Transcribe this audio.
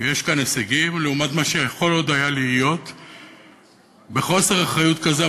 ויש כאן הישגים לעומת מה שעוד יכול היה להיות בחוסר אחריות כזה.